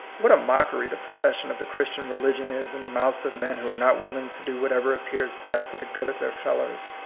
what a mockery the profession of the christian religion is in the mouths of men who are not willing to do whatever appears best for the good of their fellows!